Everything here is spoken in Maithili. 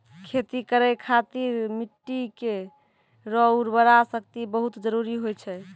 खेती करै खातिर मिट्टी केरो उर्वरा शक्ति बहुत जरूरी होय छै